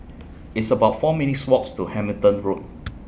It's about four minutes' Walks to Hamilton Road